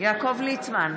יעקב ליצמן,